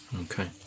Okay